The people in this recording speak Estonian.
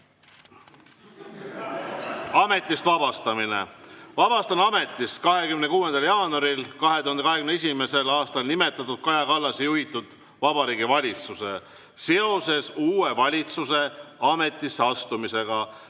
ametist vabastamine". "Vabastan ametist 26. jaanuaril 2021. aastal nimetatud Kaja Kallase juhitud Vabariigi Valitsuse seoses uue valitsuse ametisse astumisega